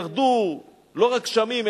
ירדו לא רק גשמים,